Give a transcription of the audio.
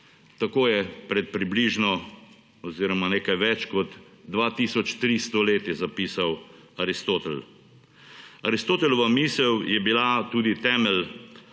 Tako je pred približno oziroma nekaj več kot 2 tisoč 300 leti zapisal Aristotel. Aristotelova misel je bila tudi temelj,